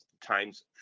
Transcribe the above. times